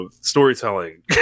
storytelling